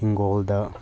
ꯍꯤꯡꯒꯣꯜꯗ